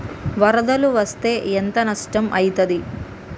వరదలు వస్తే ఎంత నష్టం ఐతది?